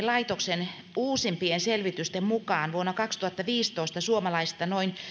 laitoksen uusimpien selvitysten mukaan vuonna kaksituhattaviisitoista suomalaisista noin